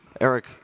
Eric